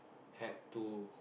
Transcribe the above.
had to